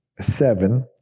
seven